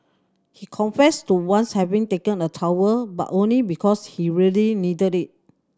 he confessed to once having taken a towel but only because he really needed it